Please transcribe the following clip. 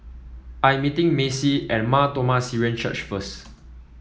I am meeting Maci at Mar Thoma Syrian Church first